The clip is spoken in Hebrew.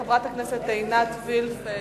חברת הכנסת עינת וילף,